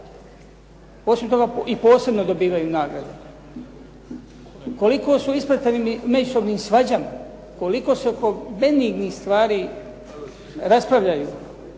osim toga i posebno dobivaju nagrade, koliko su isprepleteni međusobnim svađama, koliko se o benignih stvari raspravljaju